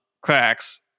cracks